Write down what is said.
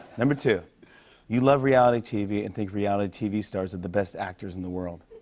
number two you love reality tv and think reality tv stars are the best actors in the world.